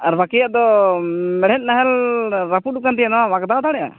ᱟᱨ ᱵᱟᱠᱤᱭᱟᱜ ᱫᱚ ᱢᱮᱬᱦᱮᱫ ᱱᱟᱦᱮᱞ ᱨᱟᱹᱯᱩᱫ ᱟᱠᱟᱱ ᱛᱤᱧᱟᱹ ᱱᱚᱣᱟ ᱟᱜᱽᱫᱟᱣ ᱫᱟᱲᱮᱭᱟᱜᱼᱟ